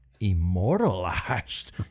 immortalized